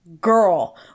girl